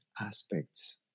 aspects